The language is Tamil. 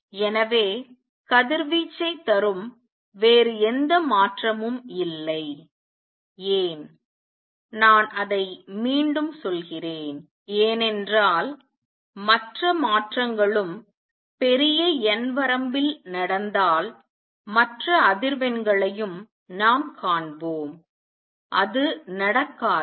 எனவே கதிர்வீச்சைத் தரும் வேறு எந்த மாற்றமும் இல்லை ஏன் நான் அதை மீண்டும் சொல்கிறேன் ஏனென்றால் மற்ற மாற்றங்களும் பெரிய n வரம்பில் நடந்தால் மற்ற அதிர்வெண்களையும் நாம் காண்போம் அது நடக்காது